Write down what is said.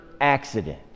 accident